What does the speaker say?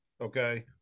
Okay